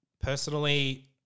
personally